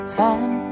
time